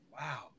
Wow